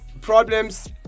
problems